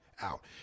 out